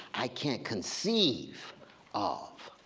i can't conceive of